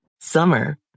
Summer